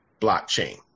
blockchain